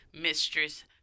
mistress